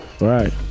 right